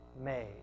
made